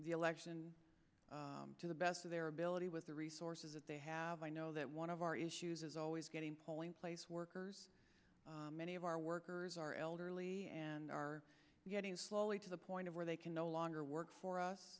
the election to the best of their ability with the resources that they have i know that one of our issues is always getting polling place workers many of our workers are elderly and are getting to the point where they can no longer work for us